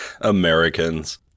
Americans